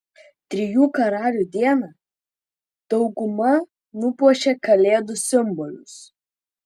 trijų karalių dieną dauguma nupuošė kalėdų simbolius